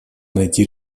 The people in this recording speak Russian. найти